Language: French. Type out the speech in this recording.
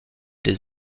des